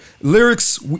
Lyrics